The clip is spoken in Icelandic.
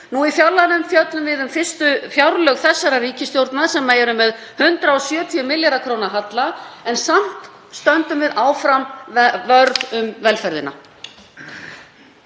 Í fjárlaganefnd fjöllum við um fyrstu fjárlög þessarar ríkisstjórnar sem eru með 170 milljarða kr. halla, en samt stöndum við áfram vörð um velferðina.